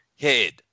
head